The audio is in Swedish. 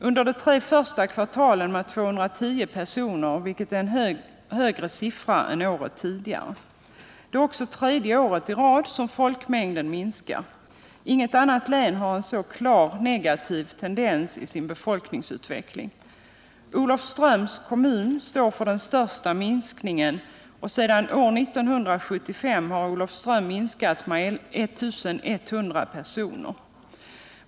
Under de tre första kvartalen har folkmängden minskat med 210 personer, vilket är en högre siffra än året innan. Det är också det tredje året i rad som folkmängden minskar. Inget annat län har en så klart negativ tendens i sin befolkningsutveckling. Olofströms kommun står för den största minskningen. Sedan år 1975 har Olofströms folkmängd minskat med 1 100 personer.